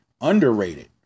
underrated